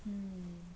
mmhmm